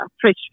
fresh